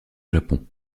japon